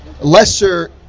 lesser